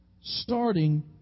starting